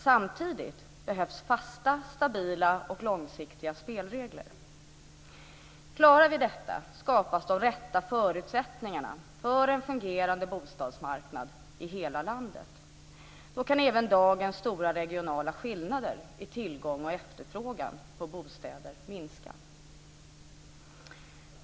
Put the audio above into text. Samtidigt behövs fasta, stabila och långsiktiga spelregler. Klarar vi detta skapas de rätta förutsättningarna för en fungerande bostadsmarknad i hela landet. Då kan även dagens stora regionala skillnader i tillgång och efterfrågan på bostäder minska.